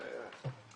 בערך.